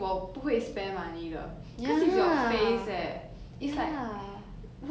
!wah! it's like tattoo 这种 tattoo piercing plastic surgery 真的 cannot spare money 的